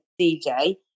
DJ